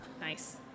Nice